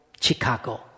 Chicago